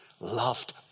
loved